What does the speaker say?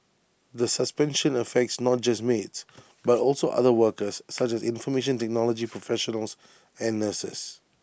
the suspension affects not just maids but also other workers such as information technology professionals and nurses